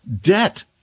debt